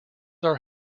are